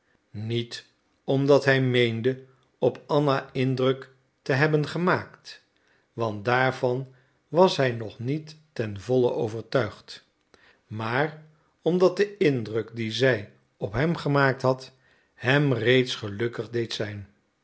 niet omdat hij meende op anna indruk te hebben gemaakt want daarvan was hij nog niet ten volle overtuigd maar omdat de indruk dien zij op hem gemaakt had hem reeds gelukkig deed zijn